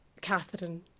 Catherine